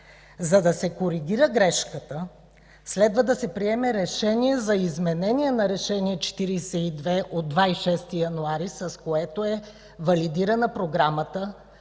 за да се коригира грешката, следва да се приеме Решение за изменение на Решение № 42 от 26 януари тази година, с което е валидирана програмата,